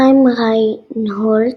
חיים ריינהולץ,